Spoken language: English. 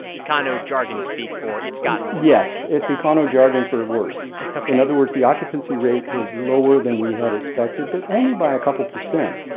econo-jargon speak for it's gotten worse yes. it's econo-jargon for worse ok in other words, the occupancy rate is lower than we had expected but only by a couple percent.